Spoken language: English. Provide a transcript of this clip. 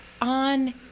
on